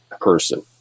person